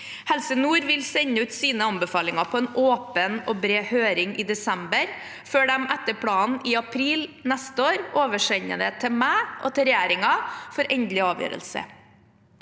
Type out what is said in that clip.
Helse Nord vil sende ut sine anbefalinger på en åpen og bred høring i desember, før de etter planen i april neste år oversender det til meg og regjeringen for endelig avgjørelse.